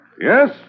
Yes